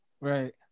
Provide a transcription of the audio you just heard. Right